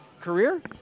career